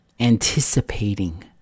anticipating